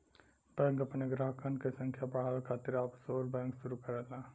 bank अपने ग्राहकन क संख्या बढ़ावे खातिर ऑफशोर बैंक शुरू करला